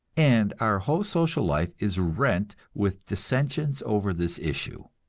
and our whole social life is rent with dissensions over this issue.